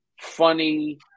funny